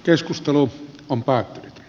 keskustelu compact